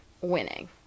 winning